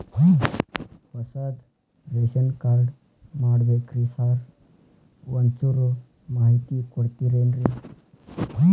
ಹೊಸದ್ ration card ಮಾಡ್ಬೇಕ್ರಿ sir ಒಂಚೂರ್ ಮಾಹಿತಿ ಕೊಡ್ತೇರೆನ್ರಿ?